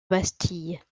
bastille